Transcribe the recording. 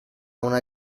una